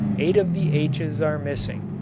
eight of the h's are missing.